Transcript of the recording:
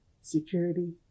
security